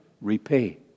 repay